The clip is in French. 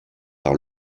par